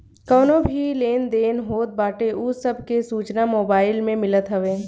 कवनो भी लेन देन होत बाटे उ सब के सूचना मोबाईल में मिलत हवे